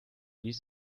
ließ